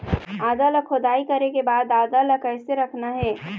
आदा ला खोदाई करे के बाद आदा ला कैसे रखना हे?